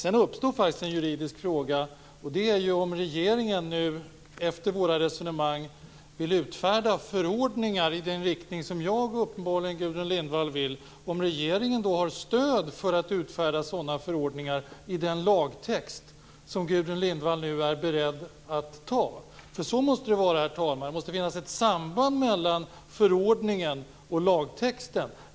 En juridisk fråga uppstår också: Om regeringen nu efter våra resonemang vill utfärda förordningar i den riktning som jag och uppenbarligen Gudrun Lindvall vill - har den då stöd för detta i den lagtext som Gudrun Lindvall är beredd att ta? Herr talman! Det måste finnas ett samband mellan förordningen och lagtexten.